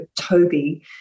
Toby